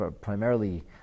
Primarily